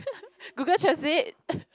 Google translate